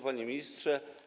Panie Ministrze!